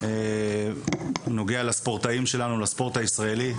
הוא נוגע לספורט הישראלי ולספורטאים שלנו.